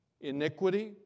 iniquity